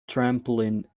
trampoline